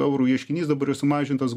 eurų ieškinys dabar jau sumažintas